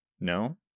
no